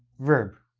verb.